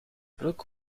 broek